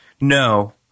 No